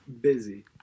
busy